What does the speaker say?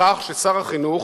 בכך ששר החינוך